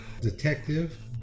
detective